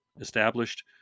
established